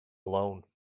alone